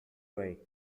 way